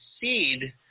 seed